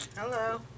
Hello